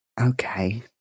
okay